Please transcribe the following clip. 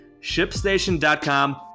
shipstation.com